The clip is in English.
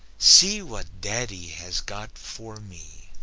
see what daddy has got for me!